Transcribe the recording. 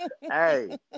Hey